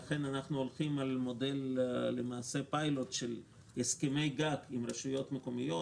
לכן אנחנו הולכים על פיילוט של הסכמי גג עם רשויות מקומיות,